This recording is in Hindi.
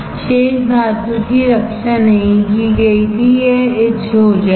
शेष धातु की रक्षा नहीं की गई थी यह etched हो जाएगा